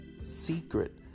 secret